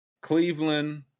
Cleveland